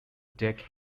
take